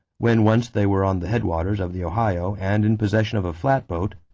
when once they were on the headwaters of the ohio and in possession of a flatboat,